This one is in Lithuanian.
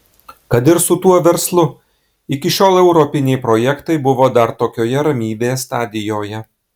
kad ir su tuo verslu iki šiol europiniai projektai buvo dar tokioje ramybės stadijoje